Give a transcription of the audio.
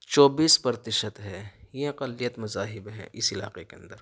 چوبیس پرتیشت ہے یہ اقلیت مذاہب ہیں اِس علاقے کے اندر